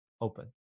open